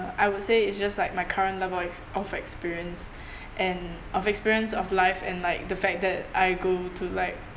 I would say it's just like my current level ex~ of experience and of experience of life and like the fact that I go to like